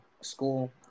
school